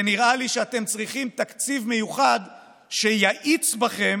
ונראה לי שאתם צריכים תקציב מיוחד שיאיץ בכם